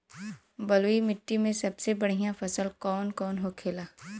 बलुई मिट्टी में सबसे बढ़ियां फसल कौन कौन होखेला?